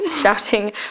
Shouting